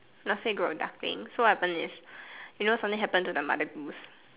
grow ducklings so what happen is you know something happened to the mother goose